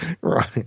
Right